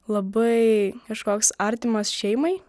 labai kažkoks artimas šeimai